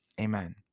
Amen